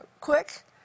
quick